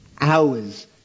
hours